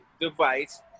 device